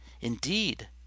Indeed